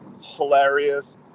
hilarious